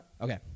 Okay